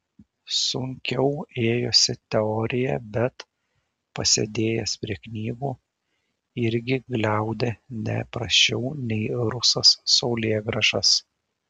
sunkiau ėjosi teorija bet pasėdėjęs prie knygų irgi gliaudė ne prasčiau nei rusas saulėgrąžas